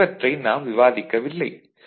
அதில் சிலவற்றை நாம் விவாதிக்கவில்லை